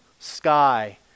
Sky